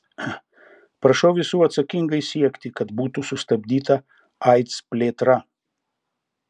prašau visų atsakingai siekti kad būtų sustabdyta aids plėtra